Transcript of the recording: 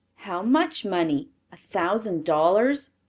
how much money a thousand dollars?